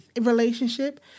relationship